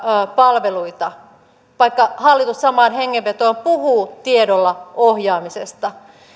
palveluita vaikka hallitus samaan hengenvetoon puhuu tiedolla ohjaamisesta